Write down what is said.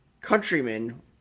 countrymen